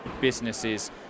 businesses